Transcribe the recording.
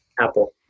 Apple